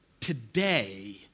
today